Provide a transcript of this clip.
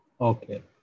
Okay